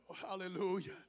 Hallelujah